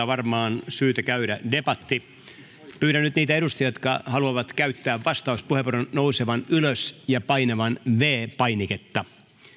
varmaan syytä käydä debatti pyydän nyt niitä edustajia jotka haluavat käyttää vastauspuheenvuoron nousemaan ylös ja painamaan viides painiketta